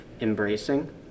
embracing